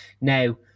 now